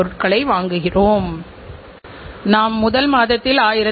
தயாரிப்பு மற்றும் சேவைகள் வாடிக்கையாளர் திருப்தியை உறுதிப்படுத்தும் முயற்சியாகும்